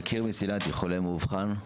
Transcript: יקיר מסילתי, חולה מאובחן.